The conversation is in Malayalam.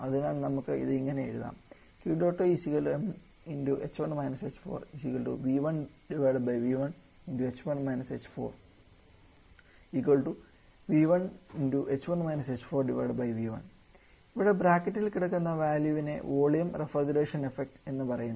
അതിനാൽ നമുക്ക് ഇത് ഇങ്ങനെ എഴുതാം ഇവിടെ ബ്രാക്കറ്റിൽ കിടക്കുന്ന വാല്യ വിനെ വോളിയം റഫ്രിജറേഷൻ എഫക്ട് എന്ന് പറയുന്നു